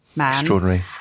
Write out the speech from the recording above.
Extraordinary